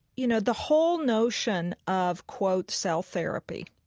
you know, the whole notion of, quote, cell therapy,